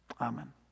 Amen